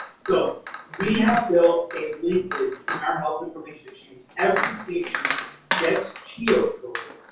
so we have built a linkage in our health information exchange. every patient gets geo-coded